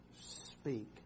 speak